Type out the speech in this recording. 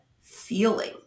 feeling